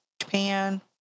Japan